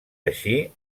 així